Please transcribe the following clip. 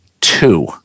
two